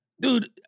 Dude